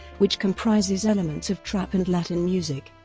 which comprises elements of trap and latin music.